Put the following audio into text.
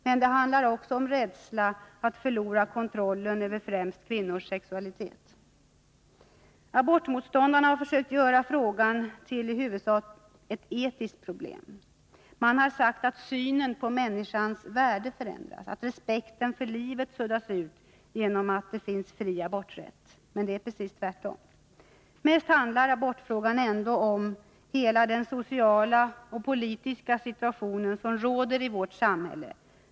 Men det handlar också om rädsla att förlora kontrollen över främst kvinnors sexualitet. Abortmotståndarna har försökt göra frågan till i huvudsak ett etiskt problem. Man har sagt att synen på människans värde förändras, att respekten för livet suddas ut genom att det finns fri aborträtt. Men det är precis tvärtom. Mest handlar abortfrågan ändå om hela den sociala och politiska situation som råder i vårt samhälle.